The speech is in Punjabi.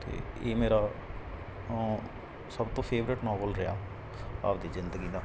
ਅਤੇ ਇਹ ਮੇਰਾ ਸਭ ਤੋਂ ਫੇਵਰਟ ਨੋਵਲ ਰਿਹਾ ਆਪਦੀ ਜ਼ਿੰਦਗੀ ਦਾ